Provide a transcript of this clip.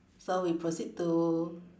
so we proceed to